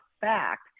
fact